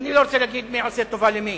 אני לא רוצה להגיד מי עושה טובה למי,